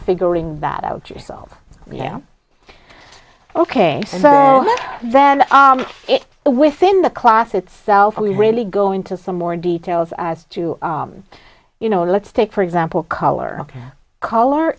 figuring that out yourself ok so then within the class itself we really go into some more details as to you know let's take for example color color